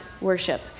worship